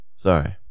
Sorry